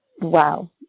Wow